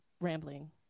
rambling